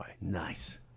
Nice